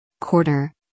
Quarter